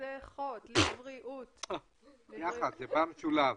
אנחנו נצא להפסקה